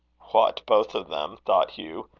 what! both of them? thought hugh.